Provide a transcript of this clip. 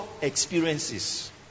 experiences